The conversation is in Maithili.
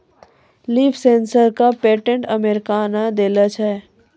लीफ सेंसर क पेटेंट अमेरिका ने देलें छै?